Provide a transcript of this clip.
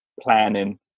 planning